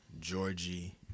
Georgie